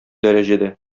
дәрәҗәдә